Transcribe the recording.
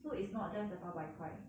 so it's not just the 八百块